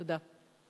תודה.